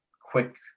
quick